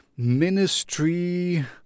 ministry